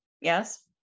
Yes